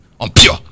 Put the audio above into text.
impure